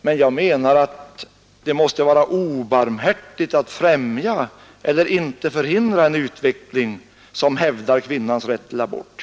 Men jag menar att det måste vara obarmhärtigt att främja eller inte förhindra en utveckling, som hävdar kvinnans rätt till abort.